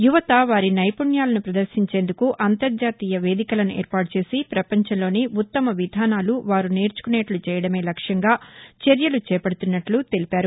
యువత వారి నైపుణ్యాలను భదర్గించేందుకు అంతర్జాతీయ వేదికలను ఏర్పాటు చేసి ప్రపంచంలోని ఉత్తమ విధానాలు వారు నేర్చుకునేట్లు చేయడమే లక్ష్యంగా చర్యలు చేపడుతున్నట్లు తెలిపారు